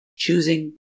Choosing